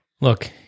Look